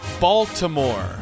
Baltimore